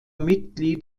mitglied